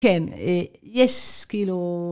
כן, יש כאילו